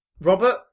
Robert